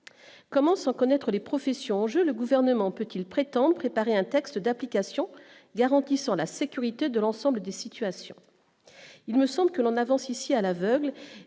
comment sans connaître les professions, le gouvernement peut-il prétend préparer un texte d'application garantissant la sécurité de l'ensemble des situations, il me semble que l'on avance ici à l'aveugle